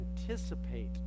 Anticipate